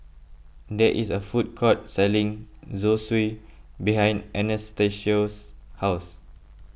there is a food court selling Zosui behind Anastacio's house